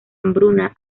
hambruna